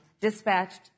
dispatched